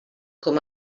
com